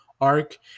arc